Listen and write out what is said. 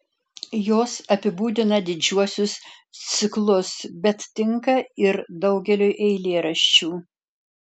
jos apibūdina didžiuosius ciklus bet tinka ir daugeliui eilėraščių